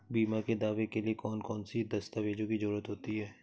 बीमा के दावे के लिए कौन कौन सी दस्तावेजों की जरूरत होती है?